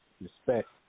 Respect